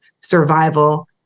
survival